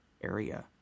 area